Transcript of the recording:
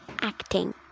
acting